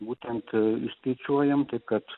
būtent skaičiuojam taip kad